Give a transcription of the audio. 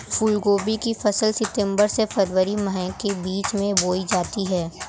फूलगोभी की फसल सितंबर से फरवरी माह के बीच में बोई जाती है